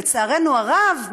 לצערנו הרב,